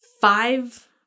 five